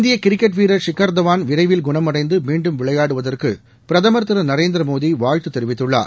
இந்திய கிரிக்கெட் வீரர் ஷிக்கர் தவான் விரைவில் குணமடைந்து மீண்டும் விளையாடுவதற்கு பிரதமர் திரு நரேந்திர மோதி வாழ்த்து தெரிவித்துள்ளார்